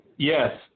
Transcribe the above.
Yes